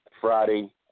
Friday